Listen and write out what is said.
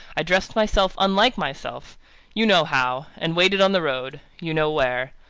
i dressed myself unlike myself you know how and waited on the road you know where.